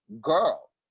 girl